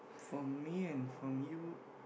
for me and from you